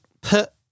put